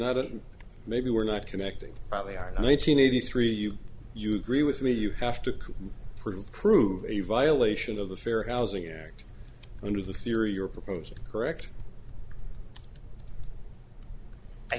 an maybe we're not connecting probably our nineteen eighty three you you agree with me you have to prove prove a violation of the fair housing act under the theory you're proposing correct i